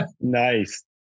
Nice